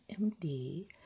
MD